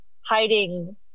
hiding